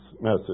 message